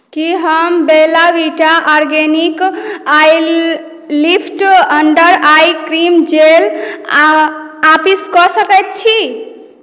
की हम Bella Vita organic eye lift under eye cream gel वापस कऽ सकैत छी